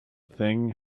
thing